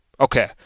Okay